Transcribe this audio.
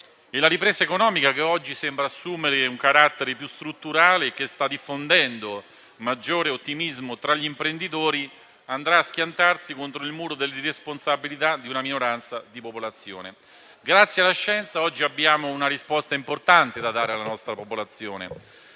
stessa ripresa economica, che oggi sembra assumere un carattere più strutturale e che sta diffondendo maggiore ottimismo tra gli imprenditori, andrà a schiantarsi contro il muro dell'irresponsabilità di una minoranza di popolazione. Grazie alla scienza oggi abbiamo una risposta importante da dare alla nostra popolazione